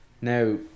Now